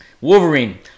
Wolverine